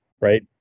right